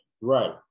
Right